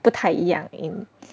不太一样 in